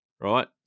Right